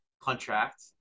contract